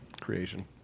creation